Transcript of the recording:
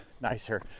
nicer